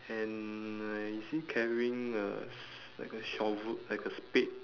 and uh is he carrying a s~ like a shove~ like a spade